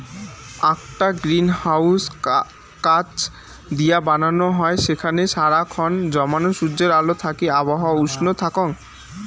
আকটা গ্রিনহাউস কাচ দিয়া বানানো হই যেখানে সারা খন জমানো সূর্যের আলো থাকি আবহাওয়া উষ্ণ থাকঙ